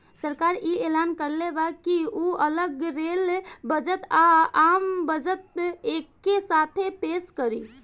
सरकार इ ऐलान कइले बा की उ अगला रेल बजट आ, आम बजट एके साथे पेस करी